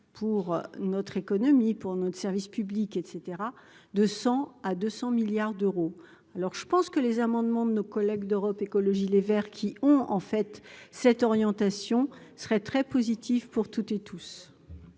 pour notre économie, pour notre service public, et cetera de 100 à 200 milliards d'euros, alors je pense que les amendements de nos collègues d'Europe Écologie-les Verts qui ont en fait cette orientation serait très positif pour toutes et tous.